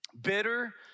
bitter